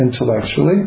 intellectually